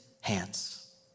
hands